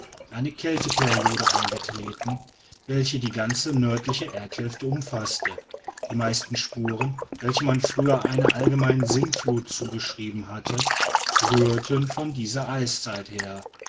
eine kälteperiode eingetreten welche die ganze nördliche erdhälfte umfaßte die meisten spuren welche man früher einer allgemeinen sintflut zugeschrieben hatte rührte von dieser eiszeit her